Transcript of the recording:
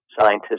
scientists